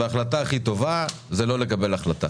ההחלטה הכי טובה היא לא לקבל החלטה.